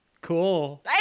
cool